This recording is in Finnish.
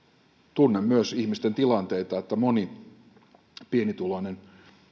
tunnen myös ihmisten tilanteita että moni pienituloinen